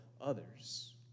others